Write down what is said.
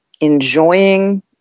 enjoying